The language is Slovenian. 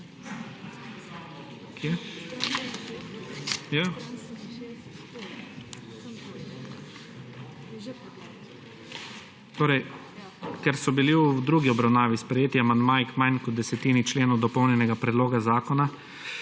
Ker so bili v drugi obravnavi sprejeti amandmaji k manj kot desetini členov dopolnjenega predloga zakona,